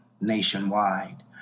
nationwide